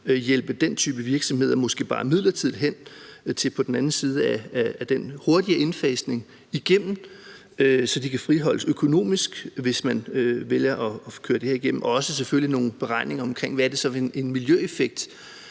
hjælpe den type virksomheder, måske bare midlertidigt, igennem og hen på den anden side af den hurtigere indfasning, så de kan friholdes økonomisk, hvis man vælger at køre det her igennem, og selvfølgelig også nogle beregninger af, hvad det så er for en miljøeffekt,